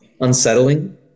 unsettling